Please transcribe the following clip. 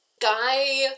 guy